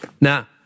Now